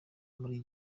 muri